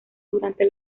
durante